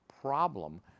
problem